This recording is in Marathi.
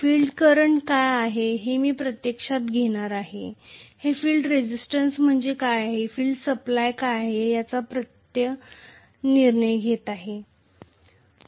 फील्ड करंट काय आहे हे मी प्रत्यक्षात घेणार आहे हे फील्ड रेझिस्टन्स म्हणजे काय आणि फील्ड सप्लाय काय आहे याचा निर्णय घेत आहे